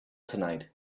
tonight